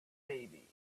baby